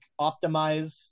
optimize